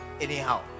anyhow